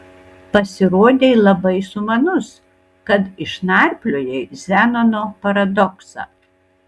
pasirodei labai sumanus kad išnarpliojai zenono paradoksą